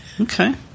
Okay